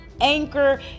Anchor